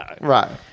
Right